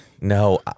No